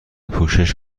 پوشش